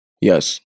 Yes